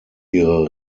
ihre